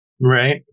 Right